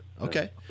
Okay